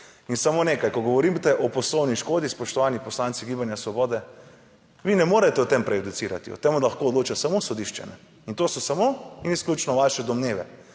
In samo nekaj, ko govorite o poslovni škodi, spoštovani poslanci Gibanja svobode, vi ne morete o tem prejudicirati, o tem lahko odloča samo sodišče in to so samo in izključno vaše domneve.